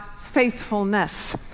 faithfulness